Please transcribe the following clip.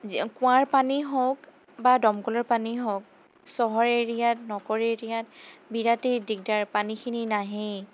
যি কুঁৱাৰ পানী হওঁক বা দমকলৰ পানী হওঁক চহৰ এৰিয়াত নগৰ এৰিয়াত বিৰাটেই দিগদাৰ পানীখিনি নাহেই